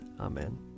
Amen